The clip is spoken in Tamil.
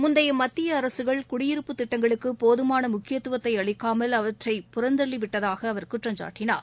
முந்தைய மத்திய அரசுகள் குடியிருப்பு திட்டங்களுக்கு போதமான முக்கியத்துவத்தை அளிக்னமல் அவற்றை புறந்தள்ளிவிட்டதாக அவர் குற்றம் சாட்டினார்